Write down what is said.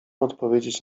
odpowiedzieć